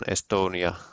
Estonia